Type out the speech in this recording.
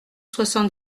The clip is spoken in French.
soixante